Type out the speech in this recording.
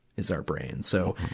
is our brain. so,